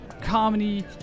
comedy